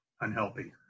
unhealthy